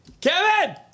Kevin